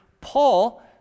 Paul